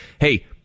hey